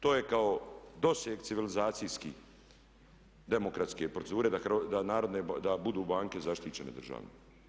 To je kao doseg civilizacijski, demokratske procedure da budu banke zaštićene državne.